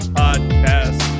podcast